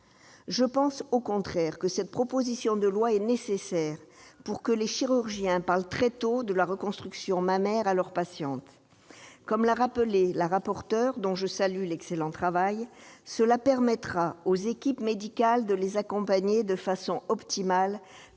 Je pense au contraire que cette proposition de loi est nécessaire pour que les chirurgiens parlent très tôt de la reconstruction mammaire à leurs patientes. Comme l'a rappelé Mme la rapporteure, dont je salue l'excellent travail, cela permettra « aux équipes médicales de les accompagner de façon optimale,